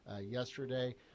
yesterday